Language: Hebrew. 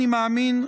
אני מאמין,